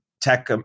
tech